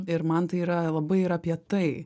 ir man tai yra labai ir apie tai